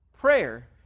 prayer